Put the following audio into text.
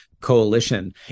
coalition